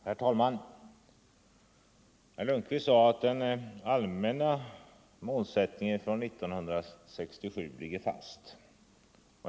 Herr talman! Statsrådet Lundkvist sade att den allmänna målsättningen från 1967 ligger fast.